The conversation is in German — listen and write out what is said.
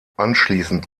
anschließend